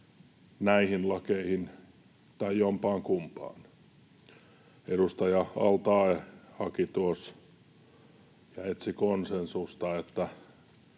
näihin lakeihin tai jompaankumpaan. Edustaja al-Taee tuossa haki ja etsi konsensusta, että